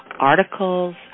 articles